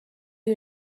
you